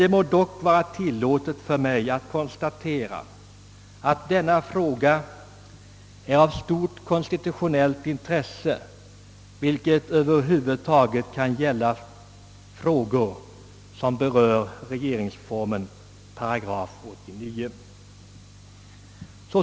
Det må dock tillåtas mig att konstatera att denna fråga är av stort konstitutionellt intresse, vilket för övrigt gäller alla frågor som beröres av regeringsformens § 90.